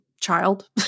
child